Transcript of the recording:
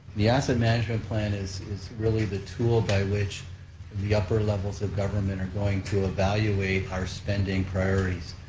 the asset management plan is is really the tool by which the upper levels of government are going to evaluate our spending priorities.